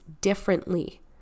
differently